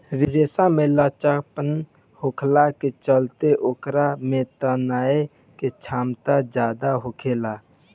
रेशा में लचीलापन होखला के चलते ओकरा में तनाये के क्षमता ज्यादा होखेला